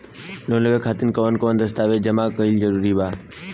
Loan लेवे खातिर कवन कवन दस्तावेज जमा कइल जरूरी बा?